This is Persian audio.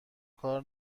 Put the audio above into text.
کار